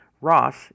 Ross